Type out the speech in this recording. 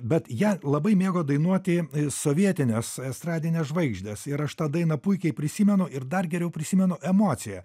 bet ją labai mėgo dainuoti sovietinės estradinės žvaigždės ir aš tą dainą puikiai prisimenu ir dar geriau prisimenu emociją